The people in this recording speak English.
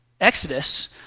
Exodus